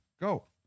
Go